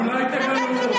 אולי תגלו,